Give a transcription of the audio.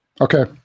Okay